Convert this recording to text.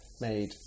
made